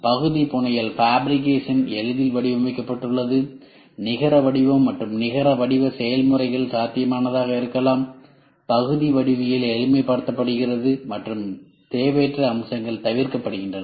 பகுதி புனையல் எளிதில் வடிவமைக்கப்பட்டுள்ளது நிகர வடிவம் மற்றும் நிகர வடிவ செயல்முறைகள் சாத்தியமானதாக இருக்கலாம் பகுதி வடிவியல் எளிமைப்படுத்தப்படுகிறது மற்றும் தேவையற்ற அம்சங்கள் தவிர்க்கப்படுகின்றன